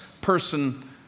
person